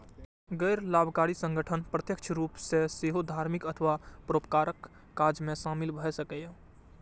गैर लाभकारी संगठन प्रत्यक्ष रूप सं सेहो धार्मिक अथवा परोपकारक काज मे शामिल भए सकैए